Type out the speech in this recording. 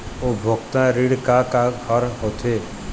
उपभोक्ता ऋण का का हर होथे?